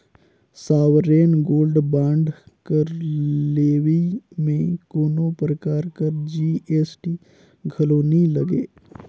sovereign gold bond कर लेवई में कोनो परकार कर जी.एस.टी घलो नी लगे